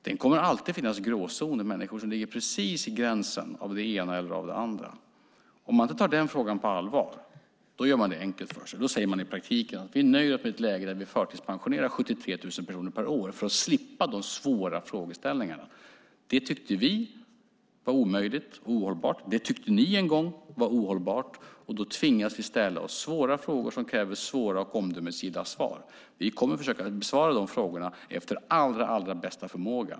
Det kommer alltid att finnas en gråzon med människor som ligger precis på gränsen av det ena eller det andra. Om man inte tar denna fråga på allvar gör man det enkelt för sig. Då säger man i praktiken: Vi nöjer oss med ett läge där vi förtidspensionerar 73 000 personer per år för att slippa de svåra frågeställningarna. Det tyckte vi var omöjligt och ohållbart. Det tyckte ni en gång var ohållbart. Då tvingas vi ställa oss svåra frågor som kräver svåra och omdömesgilla svar. Vi kommer att försöka försvara dessa frågor efter allra bästa förmåga.